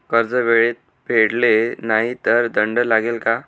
कर्ज वेळेत फेडले नाही तर दंड लागेल का?